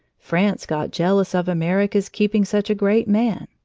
france got jealous of america's keeping such a great man.